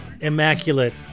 Immaculate